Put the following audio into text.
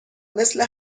مثل